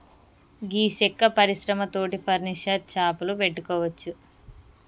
గీ సెక్క పరిశ్రమ తోటి ఫర్నీచర్ షాపులు పెట్టుకోవచ్చు